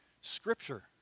Scripture